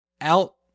out